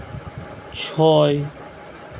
ᱪᱷᱚᱭ